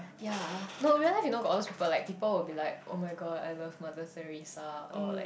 yea no real life you know got all those people like people would be like [oh]-my-god I love Mother-Theresa or like